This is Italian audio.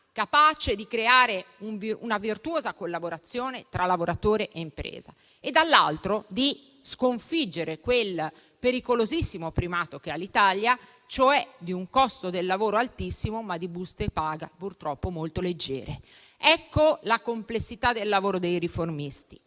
capace di creare una virtuosa collaborazione tra lavoratore e impresa e, dall'altro, di sconfiggere quel pericolosissimo primato, che l'Italia ha, di un costo del lavoro altissimo, ma di buste paga purtroppo molto leggere. Ecco la complessità del lavoro dei riformisti.